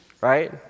right